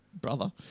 brother